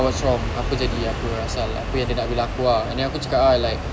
what's wrong apa jadi apa asal abeh apa yang dia nak bilang aku ah and then aku cakap ah like